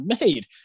made